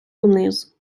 униз